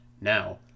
now